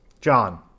John